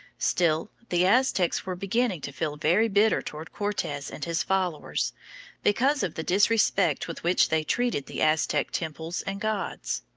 still, the aztecs were beginning to feel very bitter toward cortes and his followers because of the disrespect with which they treated the aztec temples and gods.